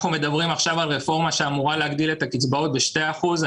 אנחנו מדברים עכשיו על רפורמה שאמורה להגדיל את הקצבאות ב-2 אחוזים.